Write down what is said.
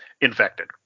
infected